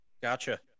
gotcha